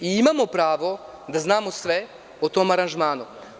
Imamo pravo da znamo sve o tom aranžmanu.